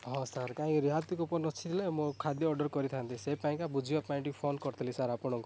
ହଁ ସାର୍ କାହିଁକି ରିହାତି କୁପନ୍ ଅଛି ହେଲେ ମୁଁ ଖାଦ୍ୟ ଅର୍ଡ଼ର କରିଥାଆନ୍ତି ସେଇପାଇଁକା ବୁଝିବା ପାଇଁ ଟିକେ ଫୋନ୍ କରିଥିଲି ସାର୍ ଆପଣଙ୍କୁ